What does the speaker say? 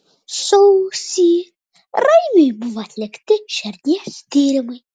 sausį raimiui buvo atlikti širdies tyrimai